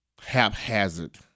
haphazard